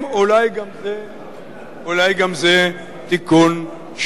אולי גם זה תיקון שיועיל.